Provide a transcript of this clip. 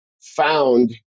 found